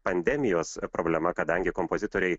pandemijos problema kadangi kompozitoriai